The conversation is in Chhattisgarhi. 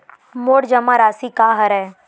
मोर जमा राशि का हरय?